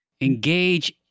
engage